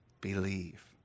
believe